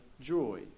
joy